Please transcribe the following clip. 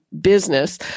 business